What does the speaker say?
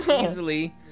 Easily